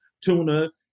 tuna